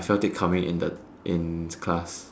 felt it coming in the in class